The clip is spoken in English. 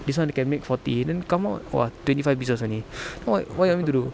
this one can make forty then come out !wah! twenty five pieces only then I was like what you want me to do